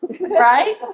right